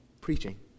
preaching